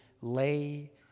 lay